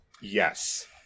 Yes